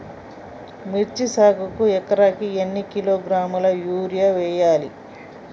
మిర్చి సాగుకు ఎకరానికి ఎన్ని కిలోగ్రాముల యూరియా వేయాలి?